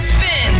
Spin